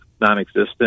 non-existent